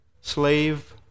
slave